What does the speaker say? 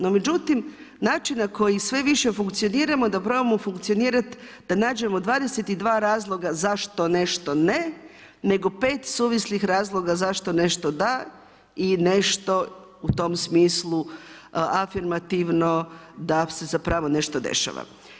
No međutim, način na koji sve više funkcioniramo, da probamo funkcionirati da nađemo 22 razloga zašto nešto ne, nego 5 suvislih razloga zašto nešto da i nešto u tom smislu afirmativno da se zapravo nešto dešava.